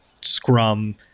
scrum